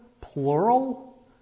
plural